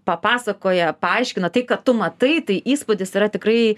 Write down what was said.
papasakoja paaiškina tai ką tu matai tai įspūdis yra tikrai